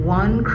one